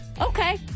Okay